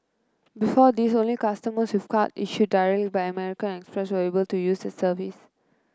before this only customers with cards issued directly by American Express were able to use the service